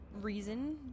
reason